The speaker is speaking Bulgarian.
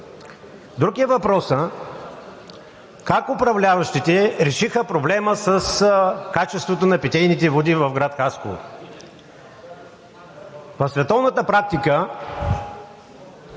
Друг е въпросът как управляващите решиха въпроса с качеството на питейните води на град Хасково. В световната практика